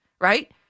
right